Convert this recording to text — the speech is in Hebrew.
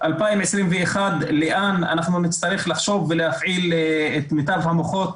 2021 לאן אנחנו נצטרך לחשוב ולהפעיל את מיטב המוחות